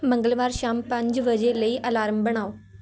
ਮੰਗਲਵਾਰ ਸ਼ਾਮ ਪੰਜ ਵਜੇ ਲਈ ਅਲਾਰਮ ਬਣਾਓ